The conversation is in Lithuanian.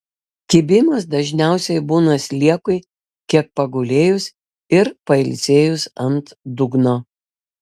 kibimas dažniausiai būna sliekui kiek pagulėjus ir pailsėjus ant dugno